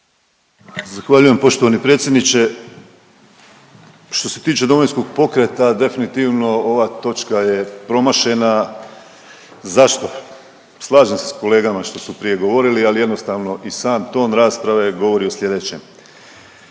Zahvaljujem poštovani predsjedniče. Što se tiče Domovinskog pokreta definitivno ova točka je promašena. Zašto? Slažem se s kolegama što su prije govorili, ali jednostavno i sam ton rasprave govori o slijedećem.